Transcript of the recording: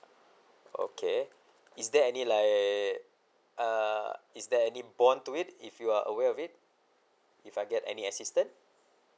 okay is there any like uh is there any bond to it if you are aware of it if I get any assistant